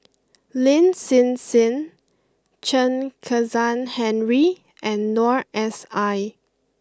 Lin Hsin Hsin Chen Kezhan Henri and Noor S I